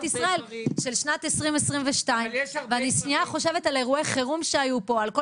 ישראל של שנת 2022. ואני שנייה חושבת על אירוע חירום שהיו פה או על כל